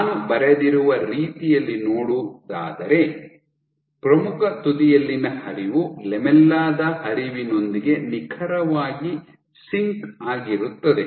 ನಾನು ಬರೆದಿರುವ ರೀತಿಯಲ್ಲಿ ನೋಡೋದಾದರೆ ಪ್ರಮುಖ ತುದಿಯಲ್ಲಿನ ಹರಿವು ಲ್ಯಾಮೆಲ್ಲಾ ದ ಹರಿವಿನೊಂದಿಗೆ ನಿಖರವಾಗಿ ಸಿಂಕ್ ಆಗಿರುತ್ತದೆ